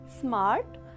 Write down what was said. smart